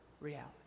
reality